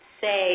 say